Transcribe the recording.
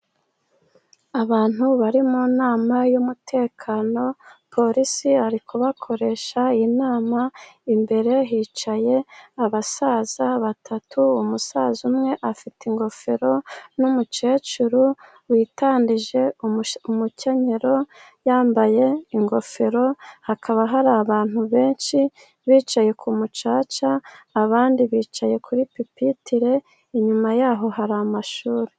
Abantu bari mu nama y'umutekano, polisi ari kubakoresha inama. Imbere hicaye abasaza batatu, umusaza umwe afite ingofero n'umukecuru witandije umukenyero, yambaye ingofero, hakaba hari abantu benshi bicaye ku mucaca, abandi bicaye kuri pipitile , inyuma yaho hari amashuri.